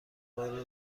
بار